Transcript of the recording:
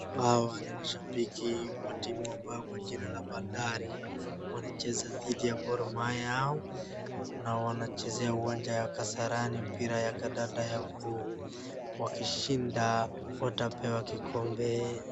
Hawa ni mashambiki wa timu kwa jina la bandari, wanacheza dhidi ya gormahia na wanachezea uwanja wa kasarani mpira wa kandanda wa mguu. Wakishinda watapewa kikombe.